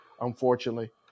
unfortunately